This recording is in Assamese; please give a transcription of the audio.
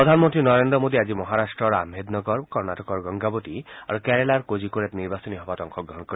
প্ৰধানমন্ত্ৰী নৰেন্দ্ৰ মোডীয়ে আজি মহাৰাট্টৰ আহমেদ নগৰ কৰ্ণাটকৰ গংগাৱতী আৰু কেৰালাৰ কোজিকোৰেত নিৰ্বাচনী সভাত অংশগ্ৰহণ কৰিব